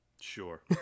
sure